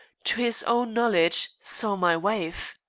to his own knowledge, saw my wife.